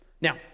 Now